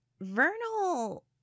Vernal